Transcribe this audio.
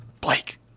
Blake